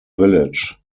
village